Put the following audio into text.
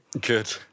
Good